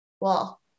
well-